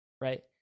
right